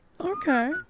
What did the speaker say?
Okay